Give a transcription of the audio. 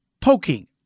poking